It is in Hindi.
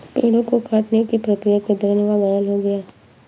पेड़ों को काटने की प्रक्रिया के दौरान वह घायल हो गया